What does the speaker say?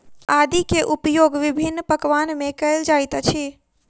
आदी के उपयोग विभिन्न पकवान में कएल जाइत अछि